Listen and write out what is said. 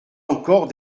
encore